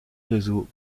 réseau